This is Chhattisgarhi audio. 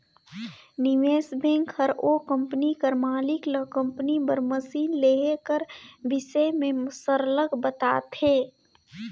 निवेस बेंक हर ओ कंपनी कर मालिक ल कंपनी बर मसीन लेहे कर बिसे में सरलग बताथे